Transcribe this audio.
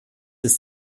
ist